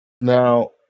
now